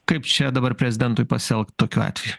kaip čia dabar prezidentui pasielgt tokiu atveju